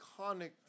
iconic